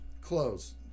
Close